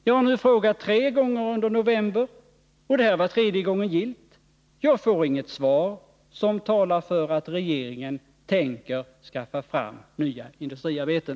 Jag har nu frågat tre gånger under november, och det här var tredje gången gillt — jag får inget svar som talar för att regeringen tänker skaffa fram nya industriarbeten.